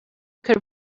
could